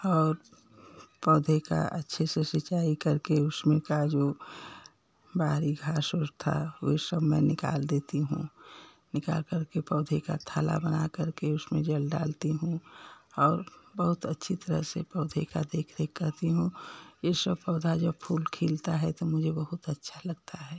और पौधे का अच्छे से सिंचाई करके उसमें का जो बाहरी घास ओस था वो सब मैं निकाल देती हूँ निकाल कर के पौधे का थैला बना कर के उसमें जल डालती हूँ और बहुत अच्छी तरह से पौधे का देख रेख करती हूँ ये सब पौधा जब फूल खिलता है तो मुझे बहुत अच्छा लगता है